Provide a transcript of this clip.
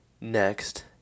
next